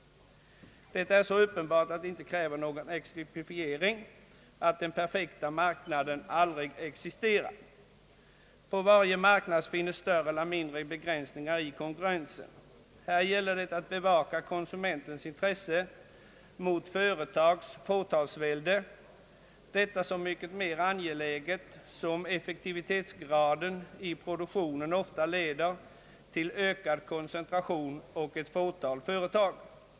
Detta är så uppenbart att det inte kräver någon exemplifiering att den perfekta marknaden aldrig existerat. På varje marknad finns större eller mindre begränsningar i konkurrensen. Här gäller det att bevaka konsumentens intresse mot företags fåtalsvälde. Detta är så mycket mer angeläget som effektivitetsgraden i produktionen ofta leder till ökad koncentration och ett fåtal företag.